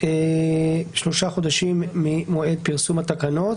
שלושה חודשים ממועד פרסום התקנות.